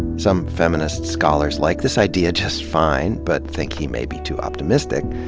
some feminist scholars like this idea just fine but think he may be too optimistic.